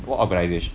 what organisation